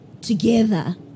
together